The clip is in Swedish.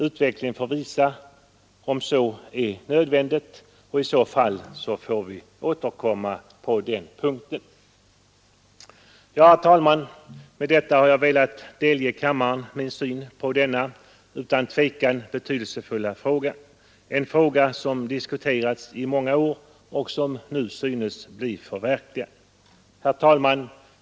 Utvecklingen får visa om så är fallet, och i så fall får vi återkomma på den punkten. Med detta, herr talman, har jag velat delge kammaren min syn på denna utan tvekan betydelsefulla fråga, som diskuterats i många år och som nu synes stå inför sin lösning. Herr talman!